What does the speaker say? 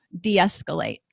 de-escalate